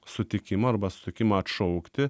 sutikimo arba sutikimą atšaukti